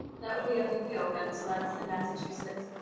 that would be mvp open. so that's in massachusetts,